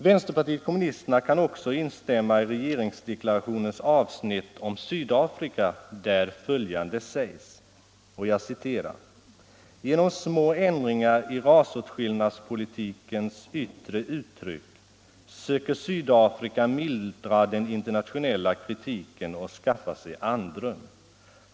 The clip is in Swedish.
Vänsterpartiet kommunisterna kan också instämma i regeringsdeklarationens avsnitt om Sydafrika, där följande sägs: ”—--— genom små ändringar i rasåtskillnadspolitikens yttre uttryck söker Sydafrika mildra den internationella kritiken och skaffa sig andrum.